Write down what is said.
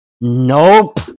Nope